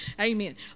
Amen